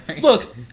Look